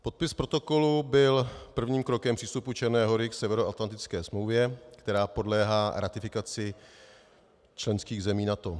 Podpis protokolu byl prvním krokem přístupu Černé Hory k Severoatlantické smlouvě, která podléhá ratifikaci členských zemí NATO.